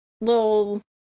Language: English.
little